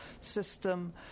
system